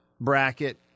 bracket